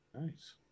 Nice